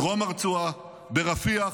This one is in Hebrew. בדרום הרצועה, ברפיח.